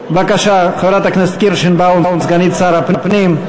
בבקשה, חברת הכנסת קירשנבאום, סגנית שר הפנים.